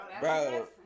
Bro